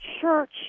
church